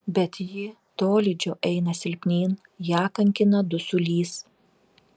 bet ji tolydžio eina silpnyn ją kankina dusulys